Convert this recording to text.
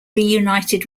reunited